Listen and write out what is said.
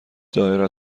دائره